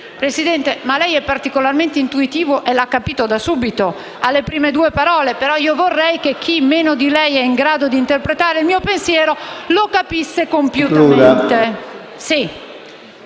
Presidente, lei è particolarmente intuitivo e l'ha capito da subito, alle prime due parole. Però io vorrei che chi meno di lei è in grado di interpretare il mio pensiero lo capisse compiutamente.